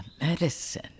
Medicine